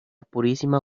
purísima